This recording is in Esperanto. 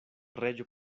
reĝo